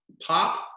pop